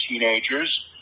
teenagers